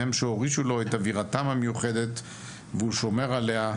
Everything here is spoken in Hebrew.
הם שהורישו לו את אווירתם המיוחדת והוא שומר עליה,